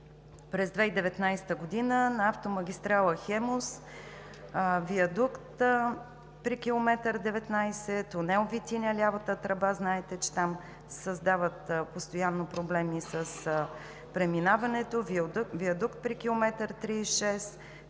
през 2019 г. На автомагистрала „Хемус“ – виадукт при км 19, тунел „Витиня“ – лявата тръба, знаете, че там се създават постоянно проблеми с преминаването; виадукт при км 36,